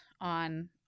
on